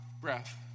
breath